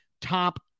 top